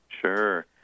Sure